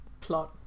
plot